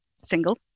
single